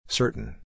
certain